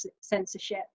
censorship